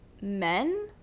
men